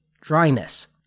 dryness